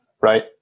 Right